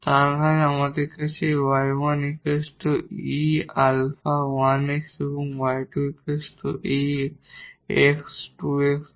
তখন আমাদের আছে যে 𝑦1 𝑒 𝛼1𝑥 এবং 𝑦2 𝑒 𝑥2𝑥 তারা লিনিয়ারভাবে ইন্ডিপেন্ডেট